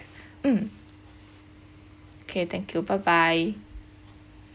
mm okay thank you bye bye